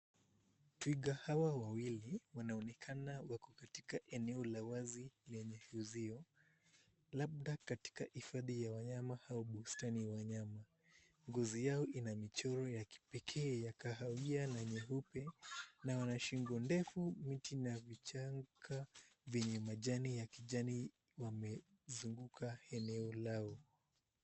Twiga hawa wawili wanaonekana wako katika eneo la wazi lenye uuzio labda katika hifadhi ya wanyama au bustani ya wanyama. Ngozi yao ina michoro ya kipekee ya kahawia na nyeupe na wana shingo ndefu miti na vichaka vyenye majani ya kijani wamezunguka eneo lao.